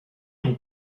l’ont